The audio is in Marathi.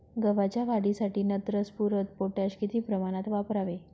गव्हाच्या वाढीसाठी नत्र, स्फुरद, पोटॅश किती प्रमाणात वापरावे?